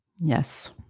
Yes